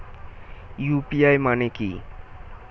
UPI মানে কি?